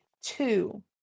two